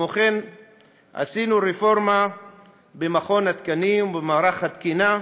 עשינו רפורמה במכון התקנים ובמערך התקינה,